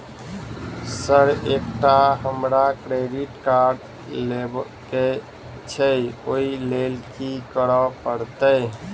Sir एकटा हमरा credit card लेबकै छैय ओई लैल की करऽ परतै?